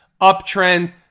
uptrend